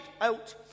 out